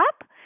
up